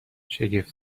شگفت